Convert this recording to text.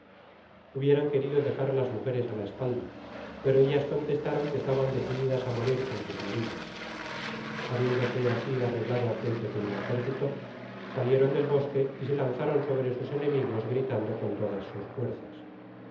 hubieran querido dejar á las mujeres á la espalda pero ellas contestaron que estaban decididas á morir con sus maridos habiéndose asi arreglado aquel pequeño ejército salieron del bosque y se lanzaron sobre sus enemigos gritando con todas sus fuerzas